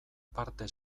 parte